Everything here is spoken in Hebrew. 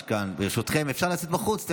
ברשותכם, אפשר לצאת החוצה.